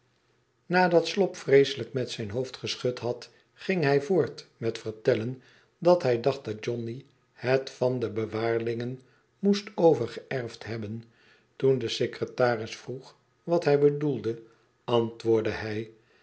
nadat slop vreeselijk met zijn hoofd geschud had ging hij voort met vertellen dat hij dacht dat johnny het van de bewaarlingen moest overgeërfd hebben toen de secretaris vroeg wat hij bedoelde antwoordde hij